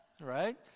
right